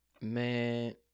Man